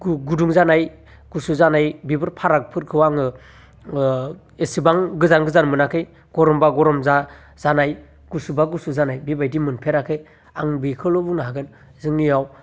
गुदुं जानाय गुसु जानाय बेफोर फारागफोरखौ आङो एसेबां गोजान गोजान मोनाखै गरमबा गरम जानाय गुसुबा गुसु जानाय बिबायदि मोनफेराखै आं बेखौल' बुंनो हागोन जोंनियाव